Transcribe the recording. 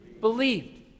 Believed